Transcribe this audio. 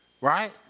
Right